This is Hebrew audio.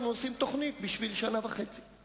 רוצים דוגמה מתרבות שונה מעט, נקמת הדם.